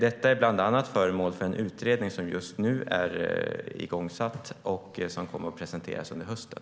Detta är bland annat föremål för en utredning som just har satts igång och som kommer att presenteras under hösten.